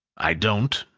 i don't,